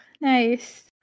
nice